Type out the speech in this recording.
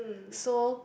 so